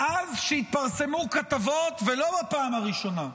מאז שהתפרסמו כתבות, ולא בפעם הראשונה,